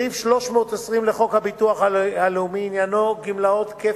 320 לחוק הביטוח הלאומי, שעניינו גמלאות כפל,